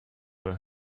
her